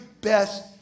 best